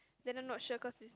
then I'm not sure cause it's